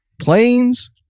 Planes